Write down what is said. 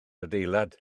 adeilad